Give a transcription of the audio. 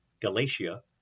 Galatia